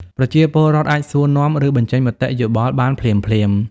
ប្រជាពលរដ្ឋអាចសួរនាំ ឬបញ្ចេញមតិយោបល់បានភ្លាមៗ។